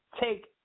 take